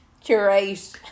curate